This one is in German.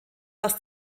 was